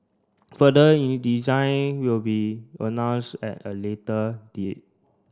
further will be announced at a later date